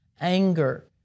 anger